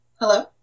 Hello